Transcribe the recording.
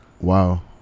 Wow